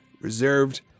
reserved